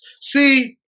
See